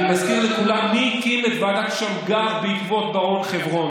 שנה שלמה מערכת בחירות,